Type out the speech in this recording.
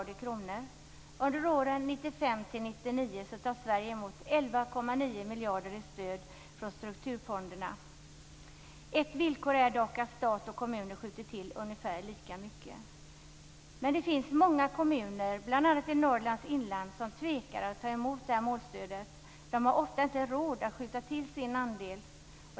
Under åren 1995-1999 tar Sverige emot 11,9 miljarder i stöd från strukturfonderna. Ett villkor är dock att stat och kommuner skjuter till ungefär lika mycket. Men det finns många kommuner, bl.a. i Norrlands inland, som tvekar att ta emot målstödet. De har ofta inte råd att skjuta till sin andel.